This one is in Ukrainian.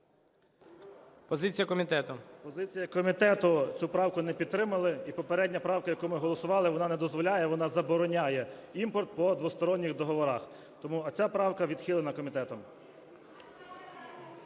ГЕРУС А.М. Позиція комітету: цю правку не підтримали. І попередня правка, яку ми голосували, вона не дозволяє, а вона забороняє імпорт по двосторонніх договорах. А ця правка відхилена комітетом.